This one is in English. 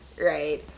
right